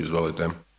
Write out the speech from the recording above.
Izvolite.